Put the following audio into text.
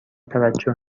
توجه